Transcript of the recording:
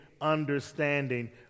understanding